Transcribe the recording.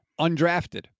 undrafted